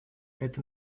это